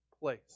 place